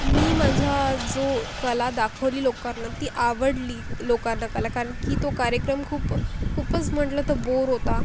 मी माझा जो कला दाखोली लोकांना ती आवडली लोकांना कला कारण की तो कार्यक्रम खूप खूपच म्हंटलं तर बोर होता